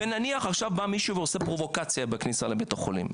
ונניח שעכשיו בא מישהו ועושה פרובוקציה בכניסה לבית החולים,